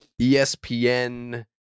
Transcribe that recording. ESPN